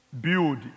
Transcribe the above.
build